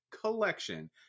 Collection